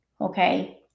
Okay